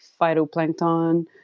phytoplankton